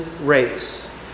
race